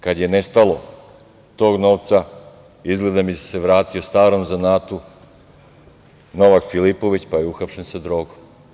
Kad je nestalo tog novca, izgleda da se vratio starom zanatu Novak Filipović, pa je uhapšen sa drogom.